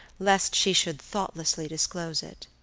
lest she should thoughtlessly disclose it